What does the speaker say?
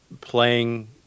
playing